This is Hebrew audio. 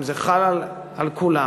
אם זה חל על כולם,